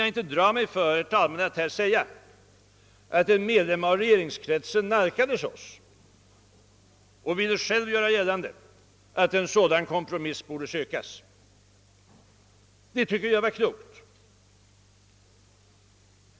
jag inte dra mig för att här säga att en medlem av 'regeringskretsen nalkades oss och ville göra gällande, att en sådan kompromiss borde sökas. Detta tycker jag var klokt.